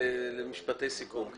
לך למשפטי סיכום.